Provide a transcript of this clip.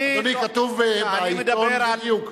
אדוני, כתוב בעיתון בדיוק.